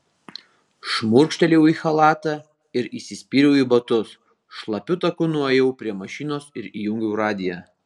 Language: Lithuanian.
šmurkštelėjau į chalatą ir įsispyriau į batus šlapiu taku nuėjau prie mašinos ir įjungiau radiją